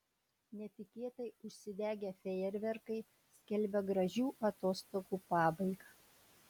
netikėtai užsidegę fejerverkai skelbia gražių atostogų pabaigą